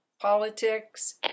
politics